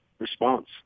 response